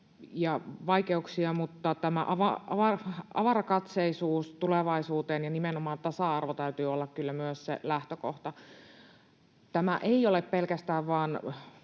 ja vaikeuksia, mutta tämän avarakatseisuuden tulevaisuuteen ja nimenomaan tasa-arvon täytyy olla kyllä se lähtökohta. Tämä ei ole pelkästään vain